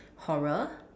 horror